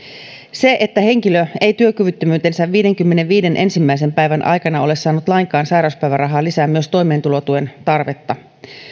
se että henkilö ei työkyvyttömyytensä viidenkymmenenviiden ensimmäisen päivän aikana ole saanut lainkaan sairauspäivärahaa lisää myös toimeentulotuen tarvetta